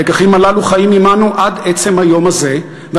הלקחים הללו חיים עמנו עד עצם היום הזה,